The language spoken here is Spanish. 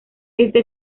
este